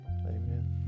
Amen